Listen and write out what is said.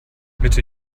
mitte